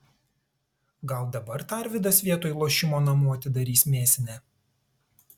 gal dabar tarvydas vietoj lošimo namų atidarys mėsinę